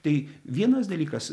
tai vienas dalykas